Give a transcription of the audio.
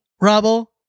Rubble